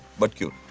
but cute.